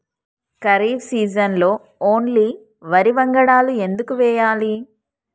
ఖరీఫ్ సీజన్లో ఓన్లీ వరి వంగడాలు ఎందుకు వేయాలి?